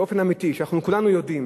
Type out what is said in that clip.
שאני חושב באופן אמיתי שאנחנו כולנו יודעים